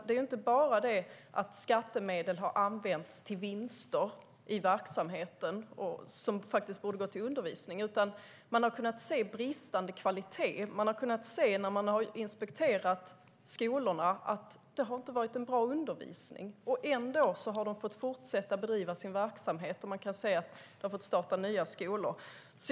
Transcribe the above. Det är inte bara detta att skattemedel som borde har gått till undervisning har använts till vinster i verksamheten, utan man har också kunnat se bristande kvalitet. När man har inspekterat skolorna har man sett att det inte har varit någon bra undervisning. Trots detta har koncernen fått fortsätta att bedriva sin verksamhet och starta nya skolor.